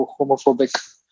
homophobic